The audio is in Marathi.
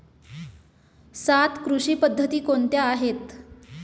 सात कृषी पद्धती कोणत्या आहेत?